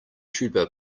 tuba